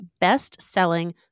best-selling